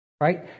right